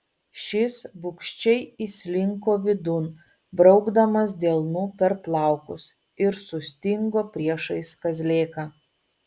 šis bugščiai įslinko vidun braukdamas delnu per plaukus ir sustingo priešais kazlėką